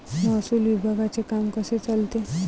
महसूल विभागाचे काम कसे चालते?